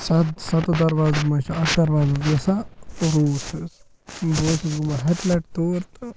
سَتھ سَتو دَروازَن منٛز چھِ اَکھ دَرواز حظ گژھان روٗس حظ بہٕ اوسُس ہَتہِ لَٹہِ تور تہٕ